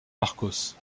marcos